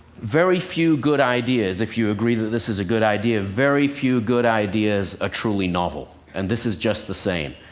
very few good ideas if you agree that this is a good idea very few good ideas are ah truly novel. and this is just the same.